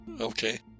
Okay